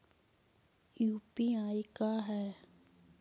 UPI का है?